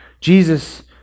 Jesus